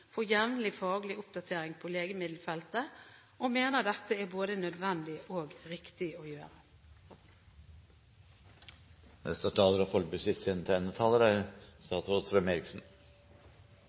for jevnlig faglig oppdatering på legemiddelfeltet og mener dette er både nødvendig og riktig å gjøre. I likhet med representantene Kjønaas Kjos, Per Arne Olsen og Jæger Gåsvatn er